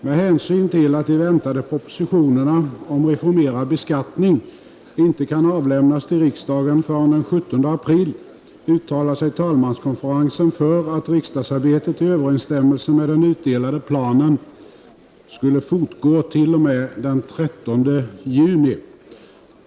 Med hänsyn till att de väntade propositionerna om reformerad beskattning inte kan avlämnas till riksdagen förrän den 17 april uttalade sig talmanskonferensen för att riksdagsarbetet i överensstämmelse med den utdelade planen skulle fortgå t.o.m. den 13 juni.